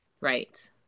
Right